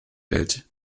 welt